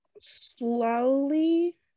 Slowly